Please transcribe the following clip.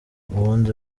ubundi